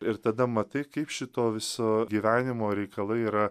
ir tada matai kaip šito viso gyvenimo reikalai yra